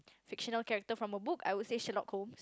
fictional character from a book I would say Sherlock-Holmes